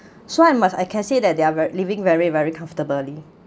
so I must I can say that they are living very very comfortably